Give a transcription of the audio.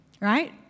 right